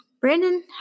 Brandon